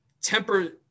temper